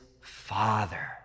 Father